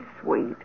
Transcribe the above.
sweet